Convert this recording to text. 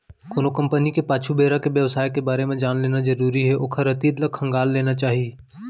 कोनो कंपनी के पाछू बेरा के बेवसाय के बारे म जान लेना जरुरी हे ओखर अतीत ल खंगाल लेना चाही